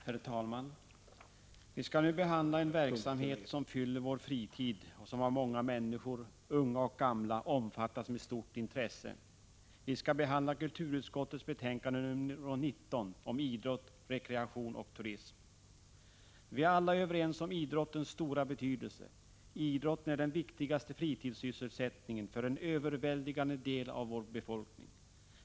Herr talman! Vi skall nu behandla en verksamhet som fyller vår fritid och som av många människor, unga och gamla, omfattas med stort intresse. Vi skall behandla kulturutskottets betänkande nr 19 om idrott, rekreation och turism. Vi är alla överens om idrottens stora betydelse. Idrotten är den viktigaste fritidssysselsättningen för en överväldigande del av vår befolkning.